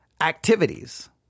activities